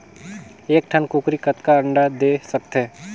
एक ठन कूकरी कतका अंडा दे सकथे?